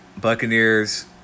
Buccaneers